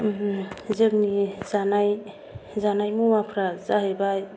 जोंनि जानाय जानाय मुवाफ्रा जाहैबाय